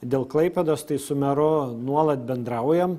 dėl klaipėdos tai su meru nuolat bendraujam